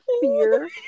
fear